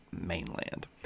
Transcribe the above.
mainland